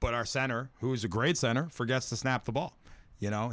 but our center who is a great center forgets to snap the ball you know